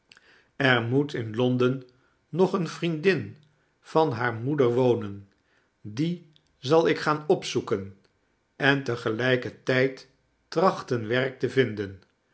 er moet in londen nog eene vriendin van hare moeder wonen die zal ik gaan opzoeken en te gelijkertijd traahten werk te vinden